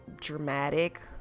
dramatic